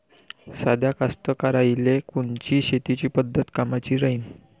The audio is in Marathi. साध्या कास्तकाराइले कोनची शेतीची पद्धत कामाची राहीन?